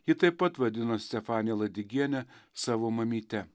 ji taip pat vadino stefaniją ladigienę savo mamyte